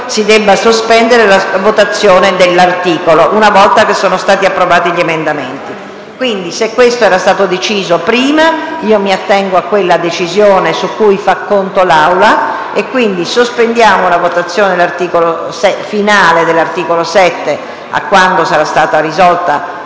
si debba sospendere la votazione di un articolo, una volta votati gli emendamenti. Quindi, se questo era stato deciso prima, mi attengo alla decisione su cui fa conto l'Assemblea e sospendo la votazione finale dell'articolo 7 fino a quando sarà stata risolta la questione